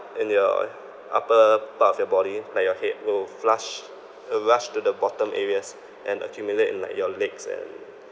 in your upper part of your body like your head will flush uh rush to the bottom areas and accumulate in like your legs and